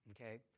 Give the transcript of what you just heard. okay